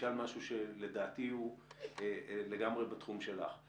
אשאל משהו שדלעתי הוא לגמרי בתחום שלך.